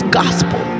gospel